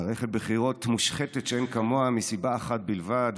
מערכת בחירות מושחתת שאין כמוה, מסיבה אחת בלבד.